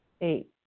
Eight